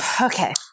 Okay